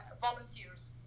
volunteers